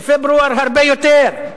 בפברואר הרבה יותר.